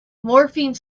morphine